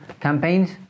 campaigns